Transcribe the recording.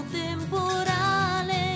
temporale